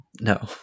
No